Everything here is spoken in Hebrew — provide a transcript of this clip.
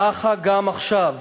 ככה גם עכשיו.